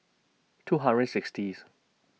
two hundred sixtieth